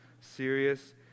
serious